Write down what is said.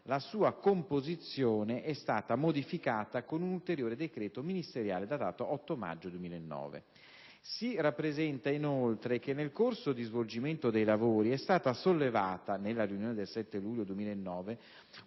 la sua composizione è stata modificata con un ulteriore decreto ministeriale, datato 8 maggio 2009. Si rappresenta inoltre che nel corso di svolgimento dei lavori è stata sollevata, nella riunione del 7 luglio 2009,